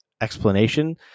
explanation